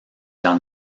dans